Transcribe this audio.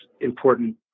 important